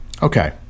Okay